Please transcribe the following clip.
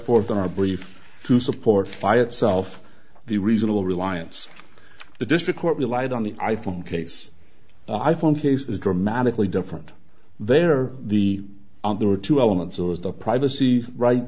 forth in our brief to support fire itself the reasonable reliance the district court relied on the i phone case i phone case is dramatically different there are the other two elements of the privacy right